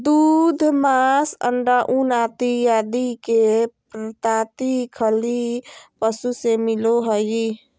दूध, मांस, अण्डा, ऊन आदि के प्राप्ति खली पशु से मिलो हइ